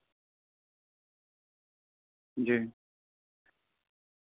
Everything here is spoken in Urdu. جی